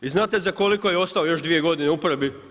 I znate za koliko je ostao još 2 godine u uporabi?